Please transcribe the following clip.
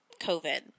COVID